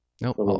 Nope